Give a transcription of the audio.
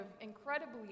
incredibly